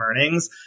earnings